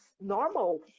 normal